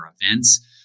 events